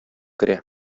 керә